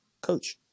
coach